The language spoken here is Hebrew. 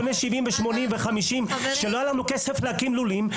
בני 50,70,80 שלא היה לנו כסף להקים לולים,